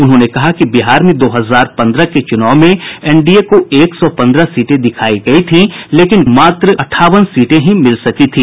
उन्होंने कहा कि बिहार में दो हजार पंद्रह के चूनाव में एनडीए को एक सौ पंद्रह सीटें दिखायी गयी थी लेकिन गठबंधन को मात्र अठावन सीटें ही मिल सकी थी